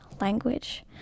language